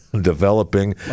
developing